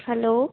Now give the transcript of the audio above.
hello